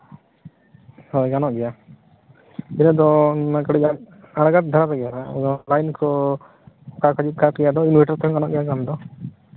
ᱜᱟᱱᱚᱜ ᱜᱮᱭᱟ ᱛᱮᱦᱮᱧ ᱫᱚ ᱠᱟᱹᱴᱤᱡ ᱦᱟᱸᱜ ᱞᱟᱭᱤᱱ ᱠᱚ ᱜᱟᱱᱚᱜ ᱜᱮᱭᱟ ᱠᱟᱹᱢᱤ ᱫᱚ